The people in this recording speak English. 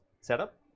setup